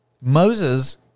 Moses